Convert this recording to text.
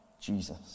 Jesus